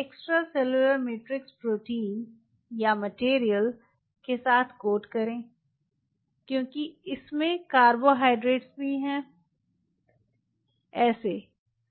extracellular matrix protein या material के साथ कोट करें क्योंकि इसमें कार्बोहाइड्रेट भी है ऐसे